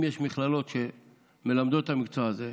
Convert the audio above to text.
אם יש מכללות שמלמדות את המקצוע הזה,